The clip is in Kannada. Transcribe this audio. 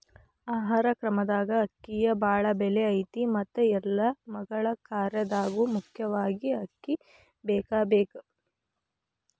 ಆಹಾರ ಕ್ರಮದಾಗ ಅಕ್ಕಿಗೆ ಬಾಳ ಬೆಲೆ ಐತಿ ಮತ್ತ ಎಲ್ಲಾ ಮಗಳ ಕಾರ್ಯದಾಗು ಮುಖ್ಯವಾಗಿ ಅಕ್ಕಿ ಬೇಕಬೇಕ